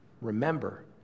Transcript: remember